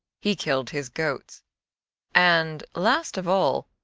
he killed his goats and, last of all,